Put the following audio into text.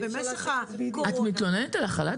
את באמת מתלוננת על החל"ת?